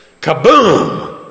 kaboom